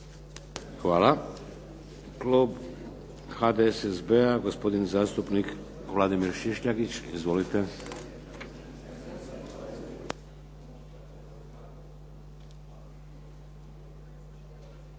Hvala. Klub HDSSB-a gospodin zastupnik Vladimir Šišljagić. Izvolite.